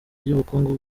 ry’ubukungu